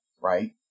right